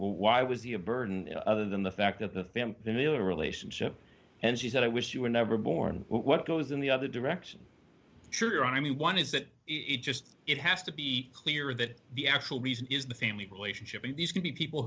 why was he a burden other than the fact that the family male relationship and she said i wish you were never born what goes in the other direction sure i mean one is that it just it has to be clear that the actual reason is the family relationship and these could be people